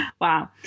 Wow